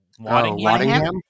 Waddingham